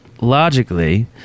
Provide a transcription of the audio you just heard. logically